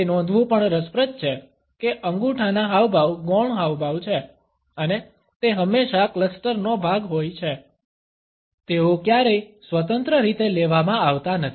તે નોંધવું પણ રસપ્રદ છે કે અંગૂઠાના હાવભાવ ગૌણ હાવભાવ છે અને તે હંમેશા ક્લસ્ટર નો ભાગ હોય છે તેઓ ક્યારેય સ્વતંત્ર રીતે લેવામાં આવતા નથી